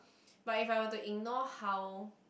but if I were to ignore how